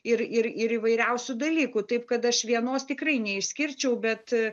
ir ir ir įvairiausių dalykų taip kad aš vienos tikrai neišskirčiau bet